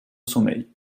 sommeil